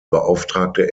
beauftragte